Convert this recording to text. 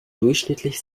durchschnittlich